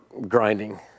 grinding